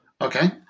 Okay